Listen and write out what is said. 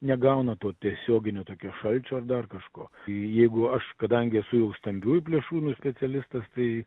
negauna to tiesioginio tokio šalčio ar dar kažko jeigu aš kadangi esu jau stambiųjų plėšrūnų specialistas tai